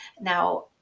Now